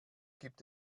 gibt